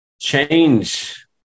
change